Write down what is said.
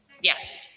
Yes